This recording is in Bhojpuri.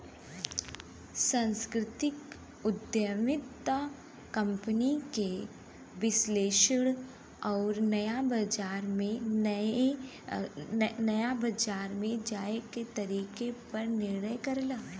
सांस्कृतिक उद्यमिता कंपनी के विश्लेषण आउर नया बाजार में जाये क तरीके पर निर्णय करला